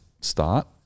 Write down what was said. start